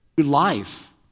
life